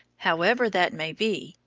however that may be,